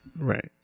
right